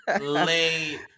Late